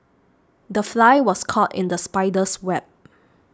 the fly was caught in the spider's web